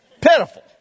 Pitiful